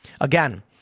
Again